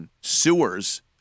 sewers